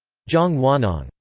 zhang wanhong,